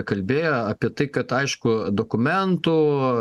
kalbėjo apie tai kad aišku dokumentų